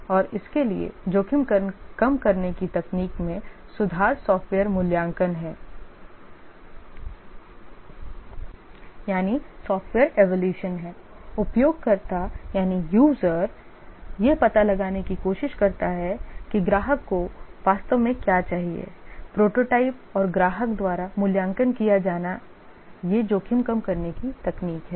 और इसके लिए जोखिम कम करने की तकनीक में सुधार सॉफ्टवेयर मूल्यांकन है उपयोगकर्ता यह पता लगाने की कोशिश करता है कि ग्राहक को वास्तव में क्या चाहिए प्रोटोटाइप और ग्राहक द्वारा मूल्यांकन किया जाना ये जोखिम कम करने की तकनीक हैं